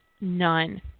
None